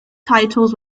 titles